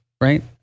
right